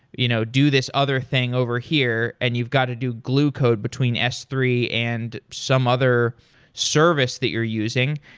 you know do this other thing over here, and you've got to do glue code between s three and some other service that you're using.